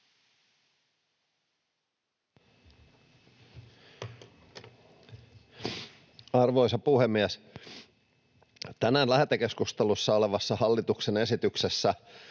Arvoisa puhemies! Tänään lähetekeskustelussa olevassa hallituksen esityksessä